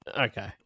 Okay